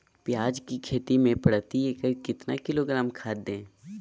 प्याज की खेती में प्रति एकड़ कितना किलोग्राम खाद दे?